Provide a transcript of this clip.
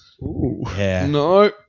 No